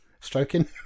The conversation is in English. stroking